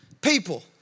People